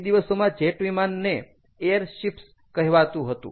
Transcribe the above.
એ દિવસોમાં જેટ વિમાન ને એર શિપ્સ કહેવાતું હતું